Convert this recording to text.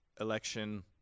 election